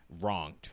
wronged